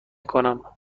کنم